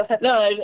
No